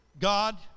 God